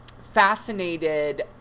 fascinated